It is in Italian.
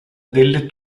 delle